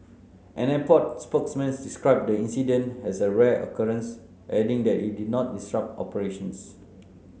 an airport spokesman described the incident as a rare occurrence adding that it did not disrupt operations